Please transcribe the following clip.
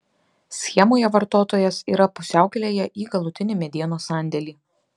schemoje vartotojas yra pusiaukelėje į galutinį medienos sandėlį